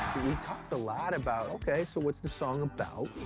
we talked a lot about, okay, so what's the song about?